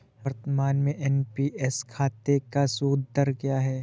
वर्तमान में एन.पी.एस खाते का सूद दर क्या है?